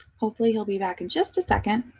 hopefully he'll be back in just a second.